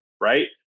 Right